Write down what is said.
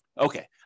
Okay